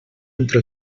entre